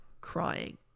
crying